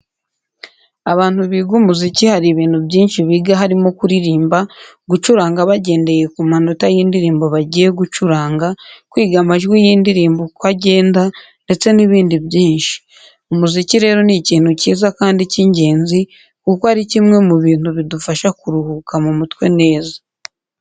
Abantu biga umuziki hari ibintu byinshi biga harimo kuririmba, gucuranga bagendeye ku manota y’indirimbo bagiye gucuranga, kwiga amajwi y’indirimbo uko agenda ndetse n’ibindi byinshi. Umuziki rero ni ikintu cyiza kandi cy’ingenzi kuko ari kimwe mu bintu bidufasha kuruhuka mu mutwe neza.